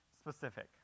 specific